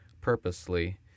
purposely